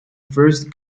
first